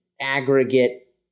aggregate